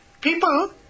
people